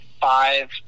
five